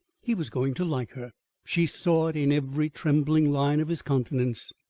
he was going to like her she saw it in every trembling line of his countenance,